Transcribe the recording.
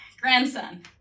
grandson